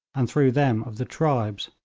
and through them of the tribes.